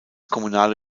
kommunale